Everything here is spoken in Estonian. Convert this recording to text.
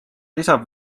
lisab